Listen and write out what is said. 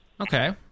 Okay